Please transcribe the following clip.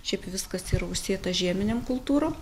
šiaip viskas yra užsėta žieminėm kultūrom